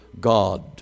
God